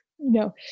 No